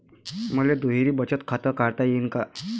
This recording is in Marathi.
मले दुहेरी बचत खातं काढता येईन का?